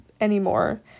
anymore